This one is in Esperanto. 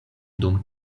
dum